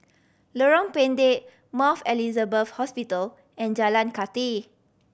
Lorong Pendek Mount Elizabeth Hospital and Jalan Kathi